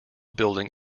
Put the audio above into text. building